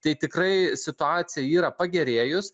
tai tikrai situacija yra pagerėjus